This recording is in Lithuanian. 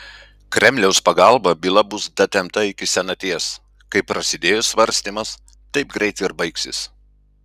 kremliaus pagalba byla bus datempta iki senaties kaip prasidėjo svarstymas taip greit ir baigsis